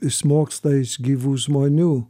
išmoksta iš gyvų žmonių